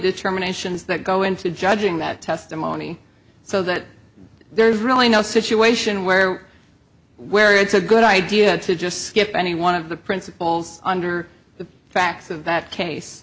determinations that go into judging that testimony so that there's really no situation where where it's a good idea to just skip any one of the principals under the facts of that case